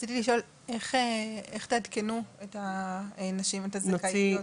רציתי לשאול, איך תעדכנו את הנשים, את הזכאיות?